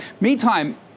Meantime